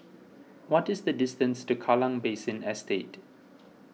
what is the distance to Kallang Basin Estate